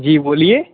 जी बोलिए